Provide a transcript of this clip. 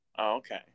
Okay